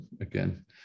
again